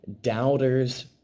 doubters